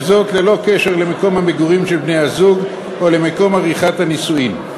וזאת ללא קשר למקום המגורים של בני-הזוג או למקום עריכת הנישואין.